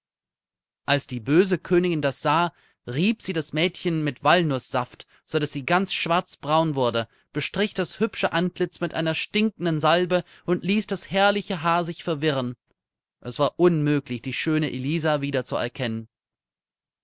als die böse königin das sah rieb sie das mädchen mit walnußsaft sodaß sie ganz schwarzbraun wurde bestrich das hübsche antlitz mit einer stinkenden salbe und ließ das herrliche haar sich verwirren es war unmöglich die schöne elisa wieder